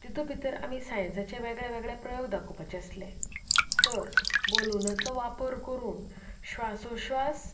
तितू भितर आमी सायंसाचे वेगळेवेगळे प्रयोग दाखोवपाचे आसले तर बलुनाचो वापर करून श्वासोश्वास